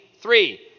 Three